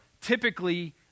typically